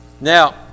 Now